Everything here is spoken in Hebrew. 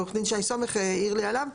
עו"ד שי סומך העיר לי עליו.